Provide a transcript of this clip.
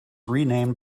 renamed